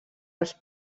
els